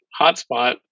hotspot